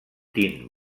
tint